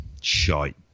Shite